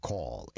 Call